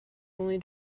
only